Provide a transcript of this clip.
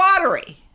watery